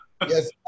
Yes